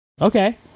Okay